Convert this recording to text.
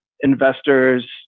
Investors